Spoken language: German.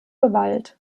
gewalt